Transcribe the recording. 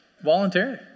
voluntary